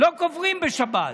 לא קובר בשבת.